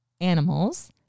animals